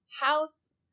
house